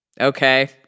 Okay